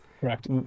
Correct